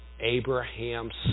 Abraham's